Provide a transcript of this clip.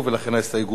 ניצן הורוביץ,